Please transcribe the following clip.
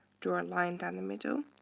draw a line down the middle,